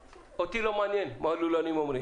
אותי לא מעניין אותי מה אומרים הלולנים.